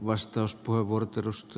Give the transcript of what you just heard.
arvoisa puhemies